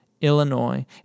Illinois